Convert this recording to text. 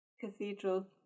cathedral